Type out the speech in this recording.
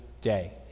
day